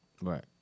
Right